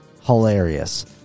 hilarious